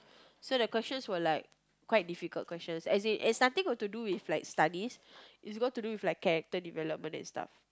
so the questions were like quite difficult questions as in it's nothing got to do with studies it's got to do with like character development and stuff